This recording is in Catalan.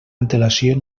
antelació